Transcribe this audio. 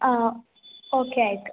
ಹಾಂ ಓಕೆ ಆಯಿತು